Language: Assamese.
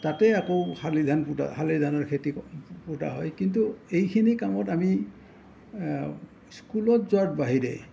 তাতে আকৌ শালি ধান পোতা শালি ধানৰ খেতি পোতা হয় কিন্তু এইখিনি কামত আমি স্কুলত যোৱাৰ বাহিৰে